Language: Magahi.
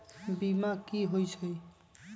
बीमा कि होई छई?